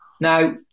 Now